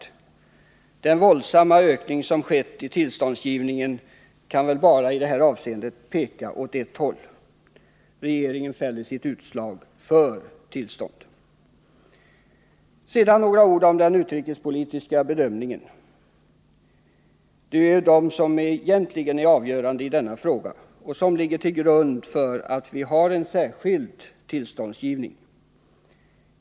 I det avseendet kan den våldsamma ökning av tillståndsgivningen som skett bara peka åt ett håll: regeringen fäller sitt utslag för tillstånd. Sedan till de utrikespolitiska bedömningarna. Det är ju de som är avgörande i denna fråga och som ligger till grund för att vi har en särskild tillståndsgivning.